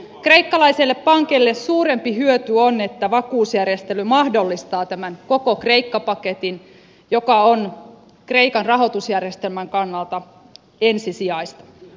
kreikkalaisille pankeille suurempi hyöty on että vakuusjärjestely mahdollistaa tämän koko kreikka paketin joka on kreikan rahoitusjärjestelmän kannalta ensisijaista